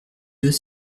deux